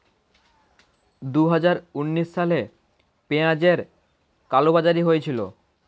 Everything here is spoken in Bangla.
দুহাজার উনিশ সালে পেঁয়াজের কালোবাজারি হয়েছিল